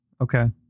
okay